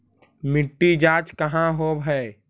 मिट्टी जाँच कहाँ होव है?